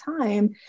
time